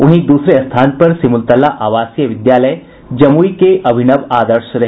वहीं दूसरे स्थान पर सिमुलतला आवासीय विद्यालय जमुई के अभिनव आदर्श रहे